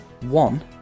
one